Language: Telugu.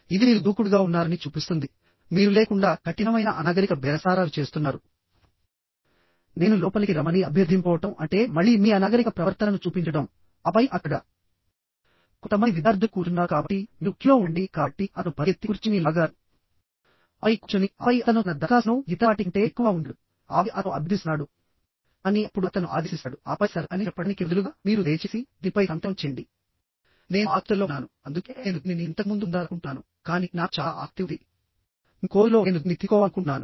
ఇది మీరు దూకుడుగా ఉన్నారని చూపిస్తుంది మీరు లేకుండా కఠినమైన అనాగరిక బేరసారాలు చేస్తున్నారు నేను లోపలికి రమ్మని అభ్యర్థింపోవటం అంటే మళ్ళీ మీ అనాగరిక ప్రవర్తనను చూపించడం ఆపై అక్కడ కొంతమంది విద్యార్థులు కూర్చున్నారు కాబట్టి మీరు క్యూలో ఉండండి కాబట్టి అతను పరుగెత్తి కుర్చీని లాగారు ఆపై కూర్చుని ఆపై అతను తన దరఖాస్తును ఇతర వాటి కంటే ఎక్కువగా ఉంచాడు ఆపై అతను అభ్యర్థిస్తున్నాడు కానీ అప్పుడు అతను ఆదేశిస్తాడు ఆపై సర్ అని చెప్పడానికి బదులుగా మీరు దయచేసి దీనిపై సంతకం చేయండి నేను ఆతురుతలో ఉన్నాను అందుకే నేను దీనిని ఇంతకు ముందు పొందాలనుకుంటున్నాను కాని నాకు చాలా ఆసక్తి ఉంది మీ కోర్సులో నేను దీన్ని తీసుకోవాలనుకుంటున్నాను